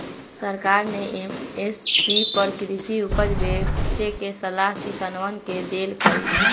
सरकार ने एम.एस.पी पर कृषि उपज बेचे के सलाह किसनवन के देल कई